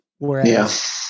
whereas